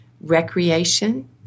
recreation